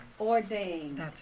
ordained